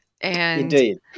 Indeed